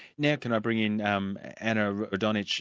now can i bring in um anna rodonic.